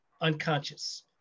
unconscious